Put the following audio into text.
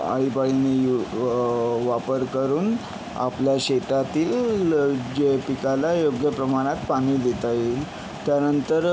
आळीपाळीनी यू वापर करून आपल्या शेतातील जे पिकाला योग्य प्रमाणात पाणी देता येईल त्यानंतर